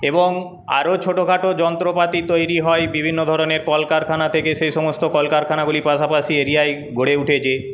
এবং আরও ছোটোখাটো যন্ত্রপাতি তৈরি হয় বিভিন্ন ধরণের কলকারখানা থেকে সেইসমস্ত কলকারখানাগুলি পাশাপাশি এরিয়ায় গড়ে উঠেছে